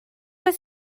oes